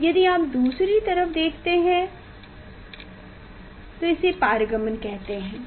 यदि आप दूसरी तरफ देखते हैं तो यह हम इसे पारगमन कहते हैं हैं